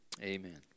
Amen